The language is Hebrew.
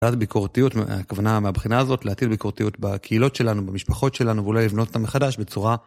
בעיית ביקורתיות, הכוונה מהבחינה הזאת להטיל ביקורתיות בקהילות שלנו, במשפחות שלנו, ואולי לבנות אותם מחדש בצורה